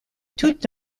tout